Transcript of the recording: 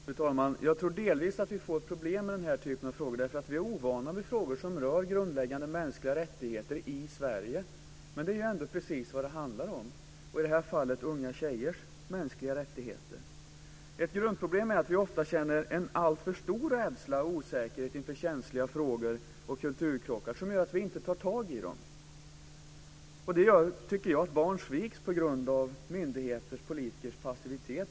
Fru talman! Jag tror delvis att vi får problem med den här typen av frågor därför att vi är ovana vid frågor som rör grundläggande mänskliga rättigheter i Sverige. Men det är ändå precis vad det handlar om, och i detta fall om unga tjejers mänskliga rättigheter. Ett grundproblem är att vi ofta känner en alltför stor rädsla och osäkerhet inför känsliga frågor och kulturkrockar som gör att vi inte tar tag i dem. Det tycker jag gör att barn sviks på grund av myndigheters och politikers passivitet.